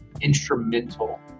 instrumental